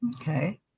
okay